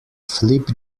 flip